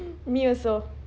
me also